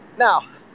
Now